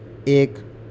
ایک